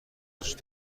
وجود